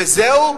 וזהו,